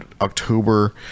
October